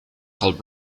called